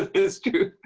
ah is true.